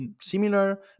similar